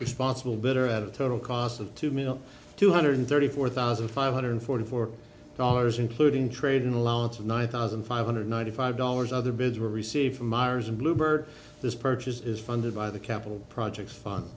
responsible bitter at a total cost of two million two hundred thirty four thousand five hundred forty four dollars including trade in allowance of nine thousand five hundred ninety five dollars other bids were received from mars and bluebird this purchase is funded by the capital projects